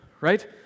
right